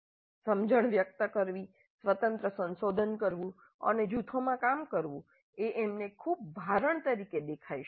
સમજણ વ્યક્ત કરવી સ્વતંત્ર સંશોધન કરવું અને જૂથોમાં કામ કરવું એ તેમને ખૂબ ભારણ તરીકે દેખાઈ શકે છે